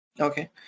okay